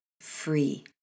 free